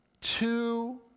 two